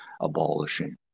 abolishing